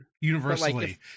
universally